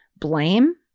blame